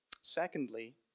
Secondly